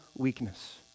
Weakness